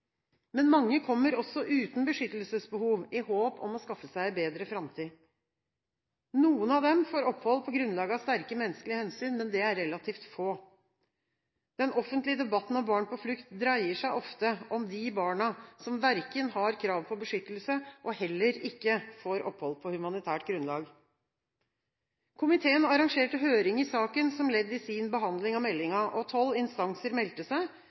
Men mange kommer også uten beskyttelsesbehov, i håp om å skaffe seg en bedre framtid. Noen av dem får opphold på grunnlag av sterke menneskelige hensyn, men det er relativt få. Den offentlige debatten om barn på flukt dreier seg ofte om de barna som verken har krav på beskyttelse og heller ikke får opphold på humanitært grunnlag. Komiteen arrangerte høring i saken, som ledd i sin behandling av meldingen. Tolv instanser meldte seg